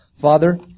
Father